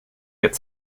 get